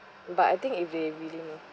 but I think if they willing lah